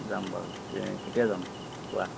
যাম বাৰু কে কেতিয়া যাম কোৱা